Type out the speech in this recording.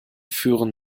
führen